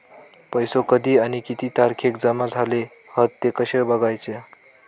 पैसो कधी आणि किती तारखेक जमा झाले हत ते कशे बगायचा?